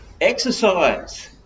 Exercise